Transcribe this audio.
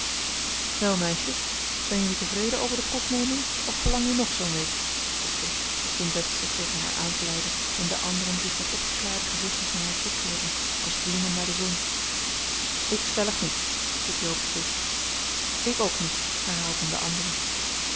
wel meisjes zijn jullie tevreden over de proefneming of verlang je nog zoo'n week vroeg ze toen bets zich tegen haar aan vleide en de anderen zich met opgeklaarde gezichtjes naar haar toekeerden als bloemen naar de zon ik stellig niet riep jo beslist ik ook niet herhaalden de anderen